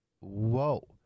whoa